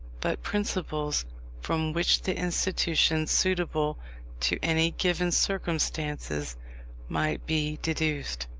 but principles from which the institutions suitable to any given circumstances might be deduced.